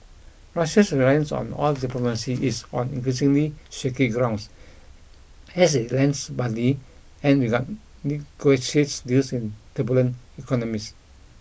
Russia's reliance on oil diplomacy is on increasingly shaky grounds as it lends money and regard negotiates deals in turbulent economies